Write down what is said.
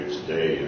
today